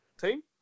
team